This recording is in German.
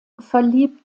verliebt